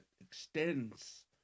extends